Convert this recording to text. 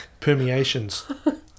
permeations